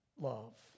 love